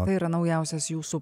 tai yra naujausias jūsų